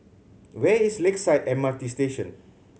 where is Lakeside M R T Station